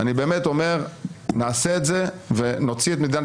אני באמת אומר: נעשה את זה ונוציא את מדינת